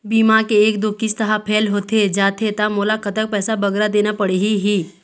बीमा के एक दो किस्त हा फेल होथे जा थे ता मोला कतक पैसा बगरा देना पड़ही ही?